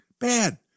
Bad